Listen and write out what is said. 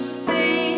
see